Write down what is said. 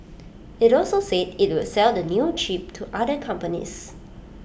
IT also said IT would sell the new chip to other companies